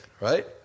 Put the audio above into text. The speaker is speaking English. right